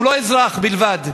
והוא לא אזרח בלבד,